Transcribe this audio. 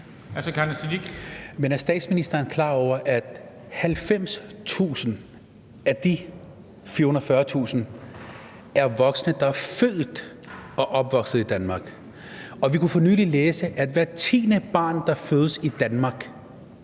er statsministeren klar over, at 90.000 af de 440.000 er voksne, der er født og opvokset i Danmark? Og vi kunne for nylig læse, at hvert tiende barn, der fødes i Danmark,